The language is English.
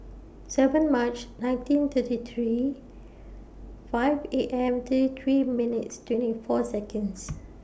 seven March nineteen thirty three five A M thirty three minutes twenty four Seconds